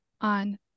on